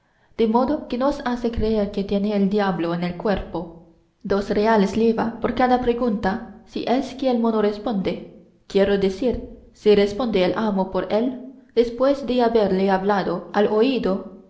de modo que nos hace creer que tiene el diablo en el cuerpo dos reales lleva por cada pregunta si es que el mono responde quiero decir si responde el amo por él después de haberle hablado al oído